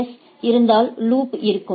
S இருந்தால் loop இருக்கும்